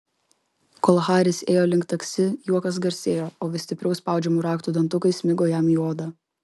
kol haris ėjo link taksi juokas garsėjo o vis stipriau spaudžiamų raktų dantukai smigo jam į odą